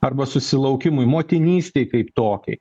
arba susilaukimui motinystei kaip tokiai